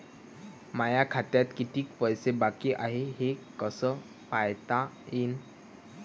माया खात्यात कितीक पैसे बाकी हाय हे कस पायता येईन?